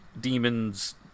demons